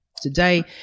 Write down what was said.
Today